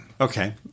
Okay